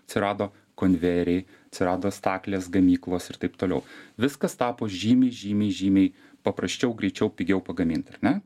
atsirado konvejeriai atsirado staklės gamyklos ir taip toliau viskas tapo žymiai žymiai žymiai paprasčiau greičiau pigiau pagamint ar ne